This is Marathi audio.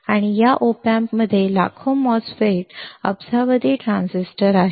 आणि या op amp मध्ये लाखो MOSFETs अब्जावधी ट्रान्झिस्टर आहेत